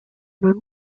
neuen